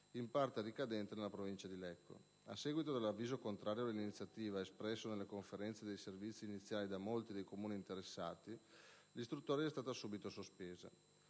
in parte ricadenti nella provincia di Lecco. A seguito dell'avviso contrario all'iniziativa, espresso nelle conferenze dei servizi iniziali da molti dei Comuni interessati, l'istruttoria è stata subito sospesa.